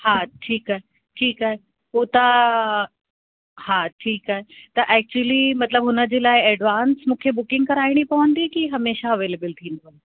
हा ठीकु आहे ठीकु आहे पोइ तव्हां हा ठीकु आहे त एक्चुली मतलबु हुनजे लाइ एडवांस मूंखे बुकिंग कराइणी पवंदी कि हमेशह एवेलेबिल थींदी